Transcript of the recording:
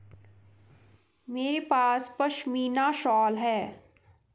मेरे पास पशमीना शॉल है